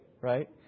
right